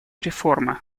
реформы